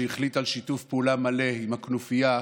שהחליט על שיתוף פעולה מלא עם הכנופיה,